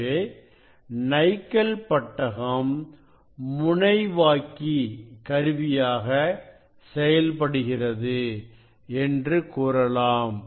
எனவே நைக்கல் பட்டகம் முனைவாக்கி கருவியாக செயல்படுகிறது என்று கூறலாம்